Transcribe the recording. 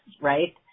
right